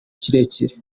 kirekire